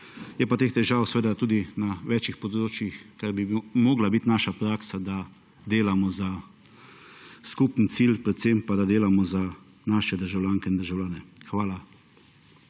Je pa teh težav seveda tudi na več področjih, kar bi morala biti naša praksa, da delamo za skupen cilj, predvsem pa da delamo za naše državljanke in državljane. Hvala.